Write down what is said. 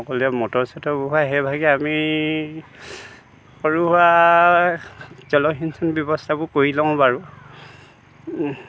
অকল সেই মটৰ চটৰবোৰ সেইভাগে আমি সৰু সুৰা জলসিঞ্চন ব্যৱস্থাবোৰ কৰি লওঁ বাৰু